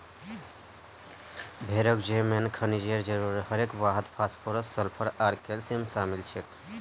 भेड़क जे मेन खनिजेर जरूरत हछेक वहात फास्फोरस सल्फर आर कैल्शियम शामिल छेक